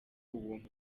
ubuntu